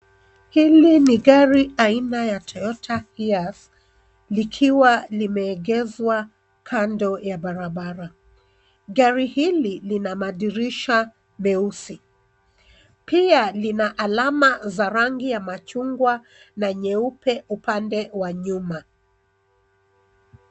Hili ni gari aina ya Toyota Hilux likiwa limeegeshwa kando ya barabara. Gari hili lina madirisha meupe, pia lina alama za rangi ya machungwa na nyeupe upande wa nyuma.